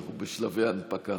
אנחנו בשלבי הנפקה.